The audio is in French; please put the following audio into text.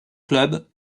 club